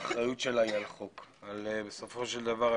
האחריות שלה היא על חוק בסופו של דבר,